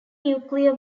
nuclear